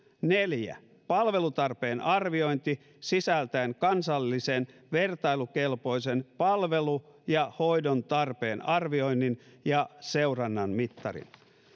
neljä palvelutarpeen arviointi sisältäen kansallisen vertailukelpoisen palvelun ja hoidon tarpeen arvioinnin ja seurannan mittarin